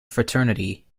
fraternity